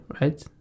Right